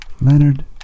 Leonard